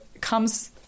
comes